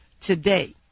today